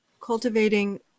cultivating